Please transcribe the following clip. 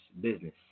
business